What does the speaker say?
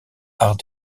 art